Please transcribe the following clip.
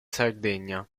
sardegna